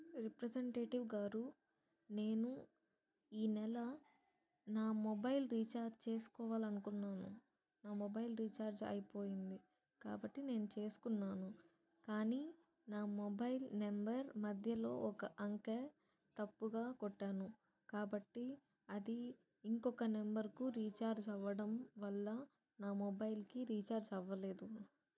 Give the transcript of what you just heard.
representative గారు నేను ఈ నెల నా మొబైల్ రీఛార్జ్ చేసుకోవాలి అనుకున్నాను నా మొబైల్ రీఛార్జ్ అయిపోయింది కాబట్టి నేను చేసుకున్నాను కానీ నా మొబైల్ నెంబర్ మధ్యలో ఒక అంకె తప్పుగా కొట్టాను కాబట్టి అది ఇంకొక నెంబర్కు రీఛార్జ్ అవ్వడం వల్ల నా మొబైల్కి రీఛార్జ్ అవ్వలేదు